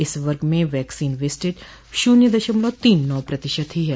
इस वर्ग में वैक्सीन वेस्टज शून्य दशमलव तीन नौ प्रतिशत ही है